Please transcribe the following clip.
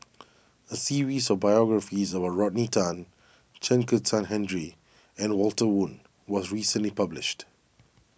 a series of biographies about Rodney Tan Chen Kezhan Henri and Walter Woon was recently published